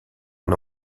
une